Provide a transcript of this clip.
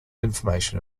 information